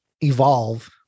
evolve